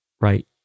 right